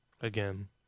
Again